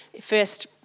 first